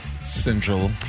central